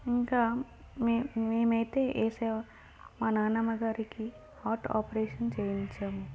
ఇంకా మీ మేమైతే ఈ సేవ మా నాన్నమ్మ గారికి హార్ట్ ఆపరేషన్ చేయించాం